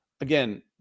Again